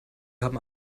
haben